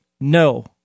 no